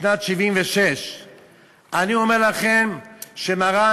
משנת 1976. אני אומר לכם שמרן,